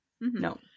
No